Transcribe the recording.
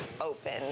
open